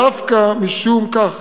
דווקא משום כך